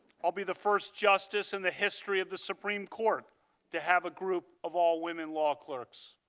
will be the first justice in the history of the supreme court to have a group of all women law clerks.